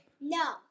No